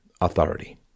authority